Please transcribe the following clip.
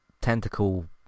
tentacle